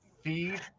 feed